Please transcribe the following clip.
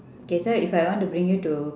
okay so if I want to bring you to